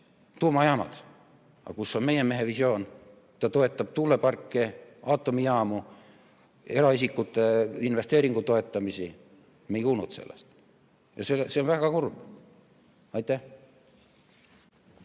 tuumajaamad. Aga kus on meie mehe visioon? Ta toetab tuuleparke, aatomijaamu, eraisikute investeeringutoetusi. Me ei kuulnud sellest. Ja see on väga kurb. Aitäh!